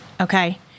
Okay